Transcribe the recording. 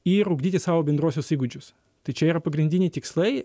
ir ugdyti savo bendruosius įgūdžius tai čia yra pagrindiniai tikslai